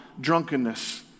drunkenness